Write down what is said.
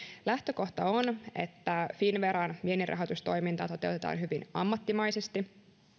lähtökohta on että finnveran vienninrahoitustoimintaa toteutetaan hyvin ammattimaisesti